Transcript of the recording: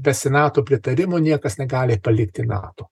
be senato pritarimo niekas negali palikti nato